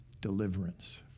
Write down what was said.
deliverance